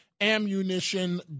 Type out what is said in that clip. ammunition